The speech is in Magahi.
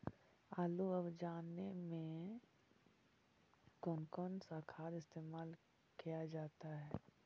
आलू अब जाने में कौन कौन सा खाद इस्तेमाल क्या जाता है?